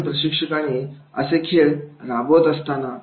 म्हणून प्रशिक्षकांने असे खेळ राबवत असताना